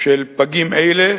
של פגים אלה,